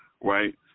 right